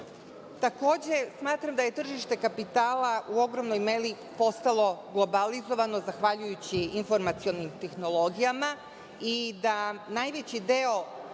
smatram da je tržište kapitala u ogromnoj meri postalo globalizovano zahvaljujući informacionim tehnologijama i da najveći deo